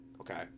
Okay